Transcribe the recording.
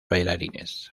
bailarines